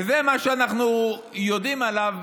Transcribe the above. וזה מה שאנחנו יודעים עליו,